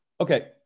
Okay